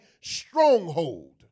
stronghold